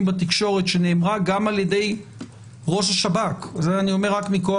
בתקשורת שנאמרה גם על ידי ראש השב"כ זה אני אומר רק מכוח